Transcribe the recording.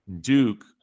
Duke